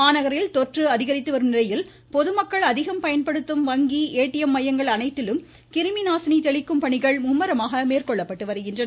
மாநகரில் தொற்று அதிகரித்து வரும் நிலையில் பொதுமக்கள் அதிகம் பயன்படுத்தும் வங்கி ஏடிஎம் மையங்கள் அனைத்திலும் கிருமி நாசினி தெளிக்கும் பணிகள் மும்முரமாக மேற்கொள்ளப்பட்டு வருகின்றன